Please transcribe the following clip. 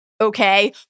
okay